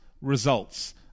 results